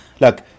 Look